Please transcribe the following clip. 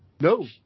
No